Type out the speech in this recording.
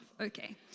Okay